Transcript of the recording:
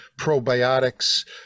probiotics